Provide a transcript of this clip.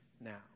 now